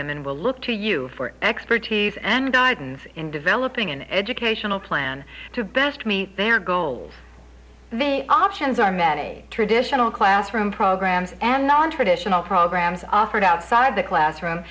women will look to you for expertise and guidance in developing an educational plan to best meet their goals they options are met a traditional classroom programs and nontraditional programs offered outside the classroom